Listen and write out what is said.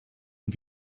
und